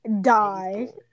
Die